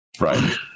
Right